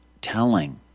telling